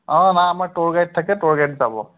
অঁ না আমাৰ টুৰ গাইড থাকে টুৰ গাইড যাব